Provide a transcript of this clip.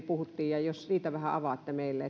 puhuttiin eilen ja jos siitä vähän avaatte meille